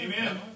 Amen